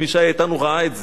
מי שהיה אתנו ראה את זה.